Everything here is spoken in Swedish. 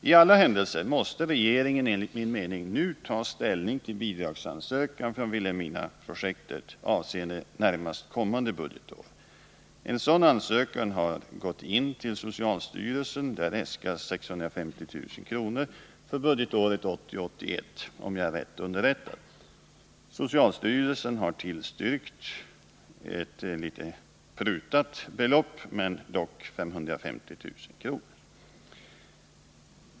I alla händelser måste regeringen nu ta ställning till bidragsansökan från Vilhelminaprojektet avseende närmast kommande budgetår. En sådan ansökan har gått in till socialstyrelsen. Där äskas 650 000 kr. för budgetåret 1980/81, om jag är rätt underrättad. Socialstyrelsen har tillstyrkt ett något prutat belopp, men dock 550 000 kr.